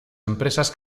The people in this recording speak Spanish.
empresas